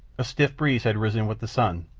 a stiff breeze had risen with the sun,